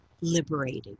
liberating